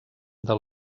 del